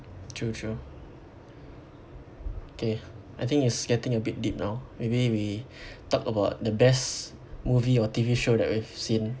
true true K I think it's getting a bit deep now maybe we talk about the best movie or T_V show that we've seen